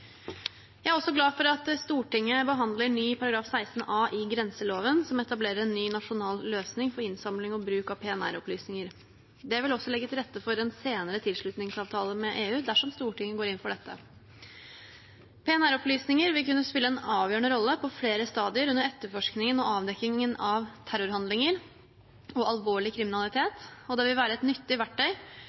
Jeg er også glad for at Stortinget behandler ny § 16 a i grenseloven, som etablerer en ny nasjonal løsning for innsamling og bruk av PNR-opplysninger. Det vil også legge til rette for en senere tilslutningsavtale med EU, dersom Stortinget går inn for dette. PNR-opplysninger vil kunne spille en avgjørende rolle på flere stadier under etterforskningen og avdekkingen av terrorhandlinger og alvorlig kriminalitet, og det vil være et nyttig verktøy